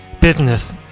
business